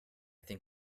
think